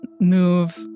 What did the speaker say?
move